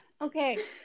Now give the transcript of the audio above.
Okay